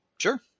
Sure